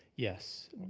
yes.